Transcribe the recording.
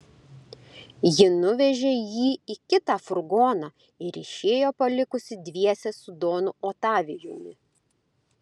ji nuvežė jį į kitą furgoną ir išėjo palikusi dviese su donu otavijumi